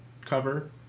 cover